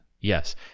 Yes